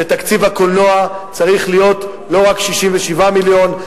שתקציב הקולנוע צריך להיות לא רק 67 מיליון,